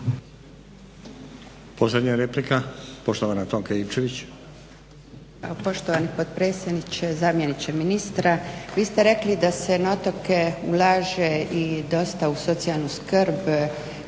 Tonka Ivčević. **Ivčević, Tonka (SDP)** Poštovani potpredsjedniče. Zamjeniče ministra, vi ste rekli da se na otoke ulaže i dosta u socijalnu skrb